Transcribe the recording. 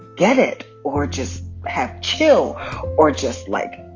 get it or just have chill or just, like,